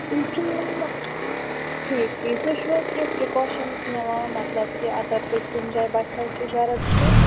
تُہۍ چھُو ٹھیٖک ٹھیٖک تُہۍ چھُو حظ کیٚنٛہہ پِرٛکاشَنٕز نِوان مطلب کہِ اگر تۄہہِ کُنہِ جایہِ باسیو کہِ گرٕد چھِ